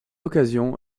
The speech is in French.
occasion